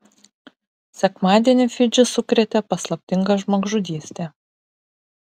sekmadienį fidžį sukrėtė paslaptinga žmogžudystė